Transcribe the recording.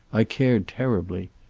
i cared terribly.